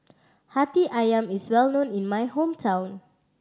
Hati Ayam is well known in my hometown